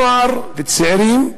נוער וצעירים,